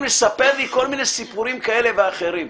לספר לי כל מיני סיפורים כאלה ואחרים.